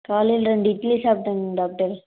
காலையில் ரெண்டு இட்லி சாப்பிட்டேங்க டாக்டர்